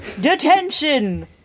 detention